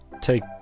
take